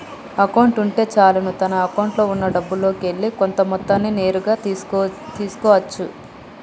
account ఉంటే చాలును తన అకౌంట్లో ఉన్నా డబ్బుల్లోకెల్లి కొంత మొత్తాన్ని నేరుగా తీసుకో అచ్చు